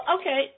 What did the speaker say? okay